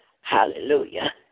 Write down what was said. Hallelujah